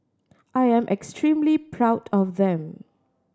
I am extremely proud of them